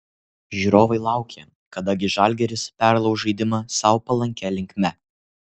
žiūrovai laukė kada gi žalgiris perlauš žaidimą sau palankia linkme